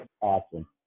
Awesome